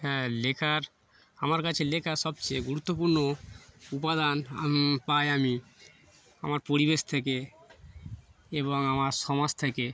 হ্যাঁ লেখার আমার কাছে লেখা সবচেয়ে গুরুত্বপূর্ণ উপাদান পাই আমি আমার পরিবেশ থেকে এবং আমার সমাজ থেকে